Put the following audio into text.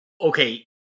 Okay